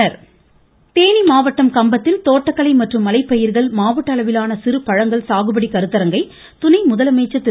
ம் ம் ம் ம தேவி தேனி மாவட்டம் கம்பத்தில் தோட்டக்கலை மற்றும் மலைப்பயிர்கள் மாவட்ட அளவிலான சிறு பழங்கள் சாகுபடி கருத்தரங்கை துணை முதலமைச்சர் திரு